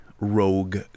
Rogue